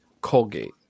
Colgate